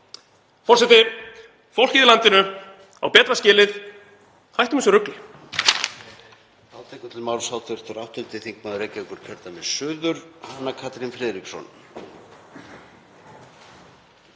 Forseti. Fólkið í landinu á betra skilið. Hættum þessu rugli.